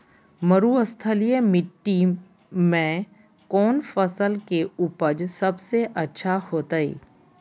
मरुस्थलीय मिट्टी मैं कौन फसल के उपज सबसे अच्छा होतय?